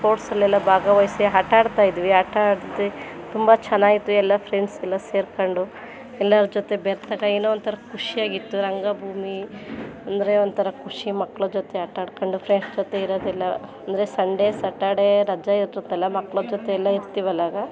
ಸ್ಪೋರ್ಟ್ಸಲ್ಲೆಲ್ಲ ಭಾಗವಹಿಸಿ ಆಟಾಡ್ತಾಯಿದ್ವಿ ಆಟಾಡಿದ್ವಿ ತುಂಬ ಚೆನ್ನಾಗಿತ್ತು ಎಲ್ಲ ಫ್ರೆಂಡ್ಸೆಲ್ಲ ಸೇರ್ಕೊಂಡು ಎಲ್ಲರ ಜೊತೆ ಬೆರೆತಾಗ ಏನೋ ಒಂಥರ ಖುಷಿಯಾಗಿತ್ತು ರಂಗಭೂಮಿ ಅಂದರೆ ಒಂಥರ ಖುಷಿ ಮಕ್ಳ ಜೊತೆ ಆಟಾಡ್ಕೊಂಡು ಫ್ರೆಂಡ್ಸ್ ಜೊತೆ ಇರೋದೆಲ್ಲ ಅಂದರೆ ಸಂಡೇ ಸಾಟರ್ಡೇ ರಜೆ ಇರುತ್ತಲ್ಲ ಮಕ್ಳ ಜೊತೆ ಎಲ್ಲ ಇರ್ತೀವಲ್ಲ ಆಗ